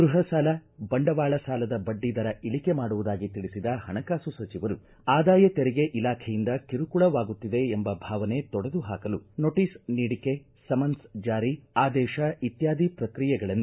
ಗೃಪ ಸಾಲ ಬಂಡವಾಳ ಸಾಲದ ಬಡ್ಡಿ ದರ ಇಳಿಕೆ ಮಾಡುವುದಾಗಿ ತಿಳಿಸಿದ ಹಣಕಾಸು ಸಚಿವರು ಆದಾಯ ತೆರಿಗೆ ಇಲಾಖೆಯಿಂದ ಕಿರುಕುಳವಾಗುತ್ತಿದೆ ಎಂಬ ಭಾವನೆ ತೊಡೆದು ಹಾಕಲು ನೊಟೀಸ್ ನೀಡಿಕೆ ಸಮನ್ಸ್ ಜಾರಿ ಆದೇಶ ಇತ್ಯಾದಿ ಪ್ರಕ್ರಿಯೆಗಳನ್ನು